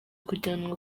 kujyanwa